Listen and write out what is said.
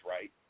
right